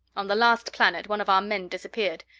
on the last planet, one of our men disappeared.